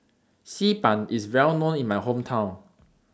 Xi Ban IS Well known in My Hometown